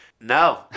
no